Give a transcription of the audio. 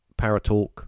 paratalk